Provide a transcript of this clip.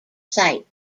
sites